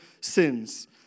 sins